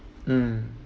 mm